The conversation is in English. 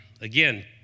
Again